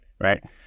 right